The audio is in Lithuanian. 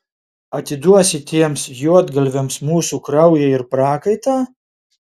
atiduosi tiems juodgalviams mūsų kraują ir prakaitą